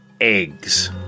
eggs